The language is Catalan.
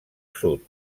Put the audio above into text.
sud